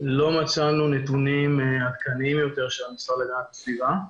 לא מצאנו נתונים עדכניים יותר של המשרד להגנת הסביבה,